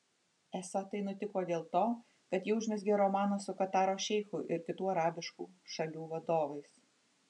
esą tai nutiko dėl to kad ji užmezgė romaną su kataro šeichu ir kitų arabiškų šalių vadovais